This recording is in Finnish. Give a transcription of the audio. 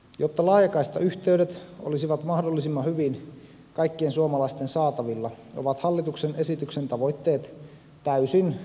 jotta laajakaistayhteydet olisivat mahdollisimman hyvin kaikkien suomalaisten saatavilla ovat hallituksen esityksen tavoitteet täysin kannatettavia